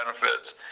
benefits